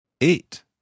eight